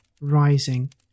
rising